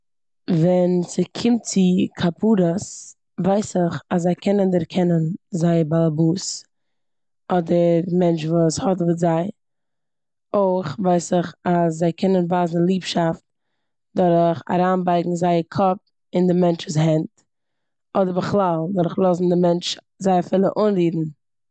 ווען ס'קומט צו כפרות ווייס איך אז זיי קענען דערקענען זייער בעל הבית אדער מענטש וואס האדעוועט זיי. אויך ווייס איך אז זיי קענען ווייזן ליבשאפט דורך אריינבייגן זייער קאפ אין די מענטש'ס הענט אדער בכלל דורך לאזן די מענטש זיי אפילו אנרירן.